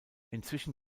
inzwischen